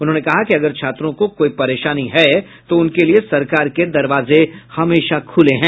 उन्होंने कहा कि अगर छात्रों को कोई परेशानी है तो उनके लिए सरकार के दरवाजे हमेशा ख़ुले हैं